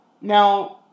now